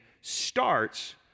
starts